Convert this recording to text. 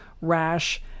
rash